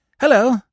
hello